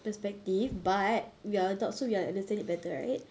perspective but we are adults so we understand it better right